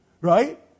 Right